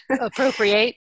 Appropriate